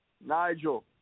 Nigel